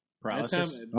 Paralysis